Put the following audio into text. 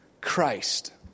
Christ